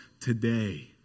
today